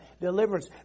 deliverance